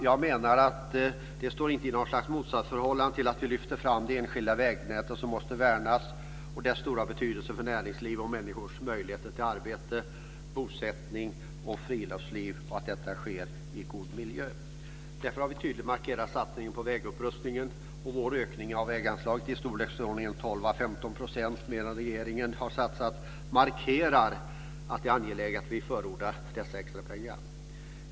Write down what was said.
Jag menar att detta inte står i något slags motsatsförhållande till att vi lyfter fram de enskilda vägnäten som måste värnas och dess stora betydelse för näringsliv och människors möjligheter till arbete, bosättning och friluftsliv i en god miljö. Därför har vi tydligt markerat satsningen på vägupprustningen. Vår ökning av väganslaget på i storleksordningen 12-15 % mer än vad regeringen har satsat markerar att det är angeläget att förorda dessa extra pengar.